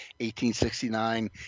1869